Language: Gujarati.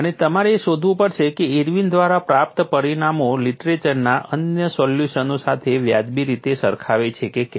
અને તમારે એ શોધવું પડશે કે ઇર્વિન દ્વારા પ્રાપ્ત પરિણામો લીટરેચરના અન્ય સોલ્યુશનો સાથે વાજબી રીતે સરખાવે છે કે કેમ